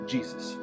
Jesus